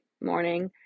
morning